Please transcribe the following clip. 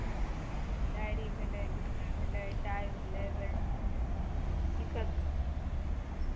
diary भेलै जुत्ता भेलै टाइ भेलै बेल्ट भेलै इसभ